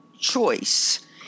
choice